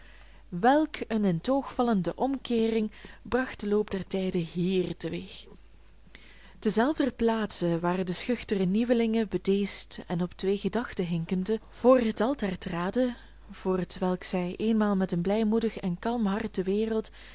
een in t oogvallende omkeering bracht de loop der tijden hier te weeg te zelfder plaatse waar de schuchtere nieuwelingen bedeesd en op twee gedachten hinkende voor het altaar traden voor hetwelk zij eenmaal met een blijmoedig en kalm hart de wereld